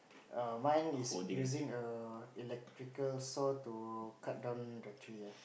oh mine is using a electrical saw to cut down the tree ah